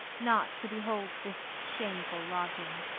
not to behold this shameful lodging.